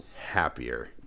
happier